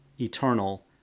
eternal